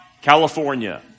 California